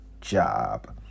job